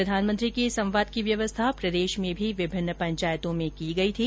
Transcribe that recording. प्रधानमंत्री के संवाद की व्यवस्था प्रदेश में भी विभिन्न पंचायतों में की गई थी